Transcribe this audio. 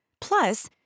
Plus